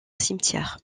cimetière